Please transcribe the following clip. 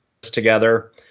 together